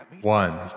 One